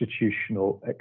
institutional